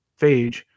phage